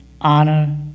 honor